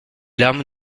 larmes